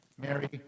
Mary